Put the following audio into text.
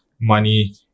money